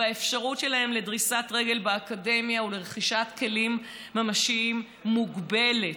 האפשרות שלהם לדריסת רגל באקדמיה ולרכישת כלים ממשיים מוגבלת,